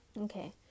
Okay